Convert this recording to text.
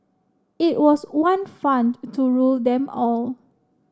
it was the one fund to rule them all